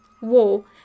War